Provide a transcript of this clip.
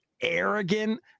arrogant